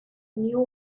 new